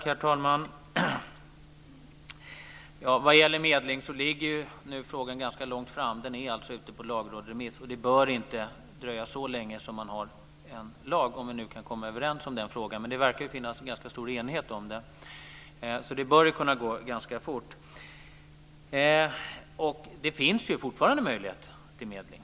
Herr talman! Frågan om medling ligger ganska långt framme. Den är ute på lagrådsremiss. Det bör inte dröja så länge innan vi har en lag, om vi nu kan komma överens i den frågan. Men det verkar ju finnas en ganska stor enighet här. Det bör kunna gå ganska fort. Det finns ju fortfarande möjlighet till medling.